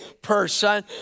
person